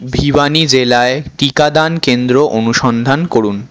ভিওয়ানি জেলায় টিকাদান কেন্দ্র অনুসন্ধান করুন